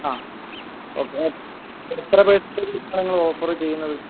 ആ ഒക്കെ എത്ര പെർസെന്റേജ് ആണ് നിങ്ങൾ ഓഫർ ചെയ്യുന്നത്